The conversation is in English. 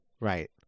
right